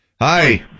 Hi